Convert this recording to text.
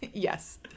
Yes